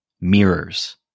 mirrors